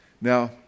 Now